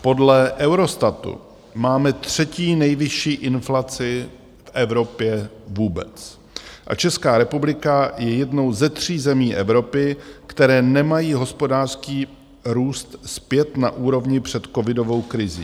Podle Eurostatu máme třetí nejvyšší inflaci v Evropě vůbec a Česká republika je jednou ze tří zemí Evropy, které nemají hospodářský růst zpět na úrovni před covidovou krizí.